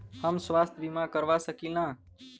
हम स्वास्थ्य बीमा करवा सकी ला?